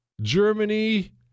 Germany